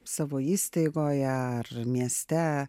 savo įstaigoje ar mieste